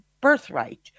birthright